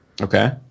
Okay